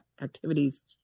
activities